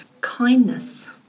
kindness